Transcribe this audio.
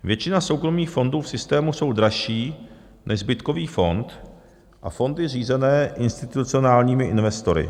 Většina soukromých fondů v systému jsou dražší než zbytkový fond a fondy řízené institucionálními investory.